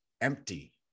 empty